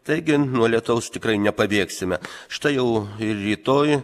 taigi nuo lietaus tikrai nepabėgsime štai jau ir rytoj